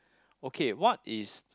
okay what is